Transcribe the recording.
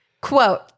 Quote